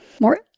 more